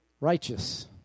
righteous